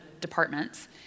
departments